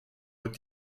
wird